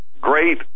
great